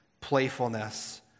playfulness